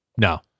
No